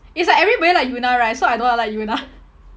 it's like everybody like yoona right so I don't want to like yoona